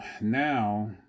now